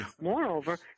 Moreover